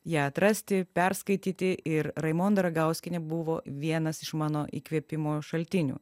ją atrasti perskaityti ir raimonda ragauskienė buvo vienas iš mano įkvėpimo šaltinių